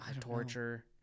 Torture